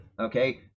okay